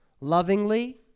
lovingly